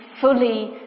fully